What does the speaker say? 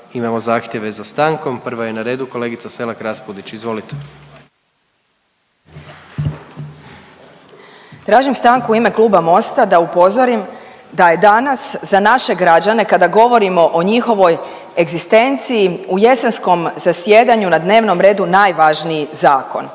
imamo zahtjeve za stankom, prva je na redu kolegica Selak Raspudić, izvolite. **Selak Raspudić, Marija (Nezavisni)** Tražim stanku u ime Kluba Mosta da upozorim da je danas za naše građane kada govorimo o njihovoj egzistenciji u jesenskom zasjedanju na dnevnom redu najvažniji zakon,